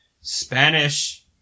spanish